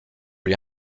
lui